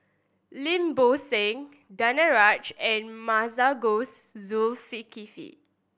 Lim Bo Seng Danaraj and Masagos Zulkifli